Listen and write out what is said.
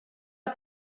got